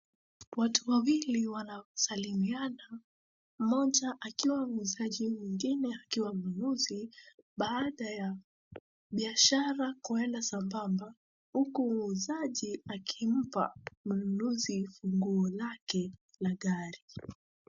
Watu wawili wanasalimiana mmoja akiwa muuzaji mwingine akiwa mnunuzi. Baada ya biashara kuenda sambamba huku muuzaji akimpa mununuzi fungo lake la gari.